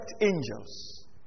angels